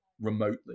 remotely